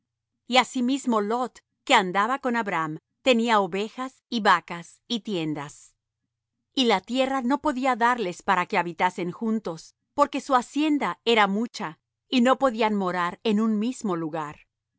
y asimismo lot que andaba con abram tenía ovejas y vacas y tiendas y la tierra no podía darles para que habitasen juntos porque su hacienda era mucha y no podían morar en un mismo lugar